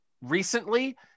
recently